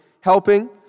helping